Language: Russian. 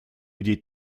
людей